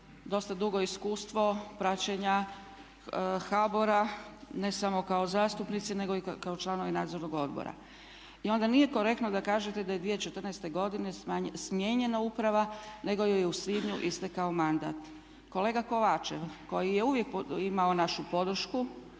dugo iskustvo praćenja HBOR-a ne samo kao zastupnici nego i kao članovi nadzornog odbora i onda nije korektno da kaže da je 2014. godine smijenjena uprava nego joj je u svibnju istekao mandat. Kolega Kovačev, koji je uvijek imao našu podršku,